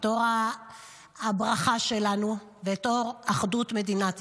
את אור הברכה שלנו ואת אור אחדות מדינת ישראל.